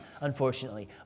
unfortunately